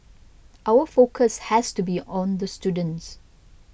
our focus has to be on the students